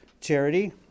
charity